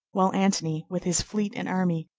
while antony, with his fleet and army,